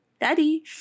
daddy